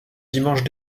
dimanche